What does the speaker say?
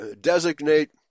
designate